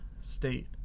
state